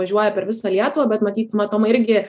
važiuoja per visą lietuvą bet matyt matomai irgi